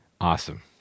Awesome